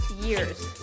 years